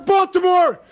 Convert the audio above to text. Baltimore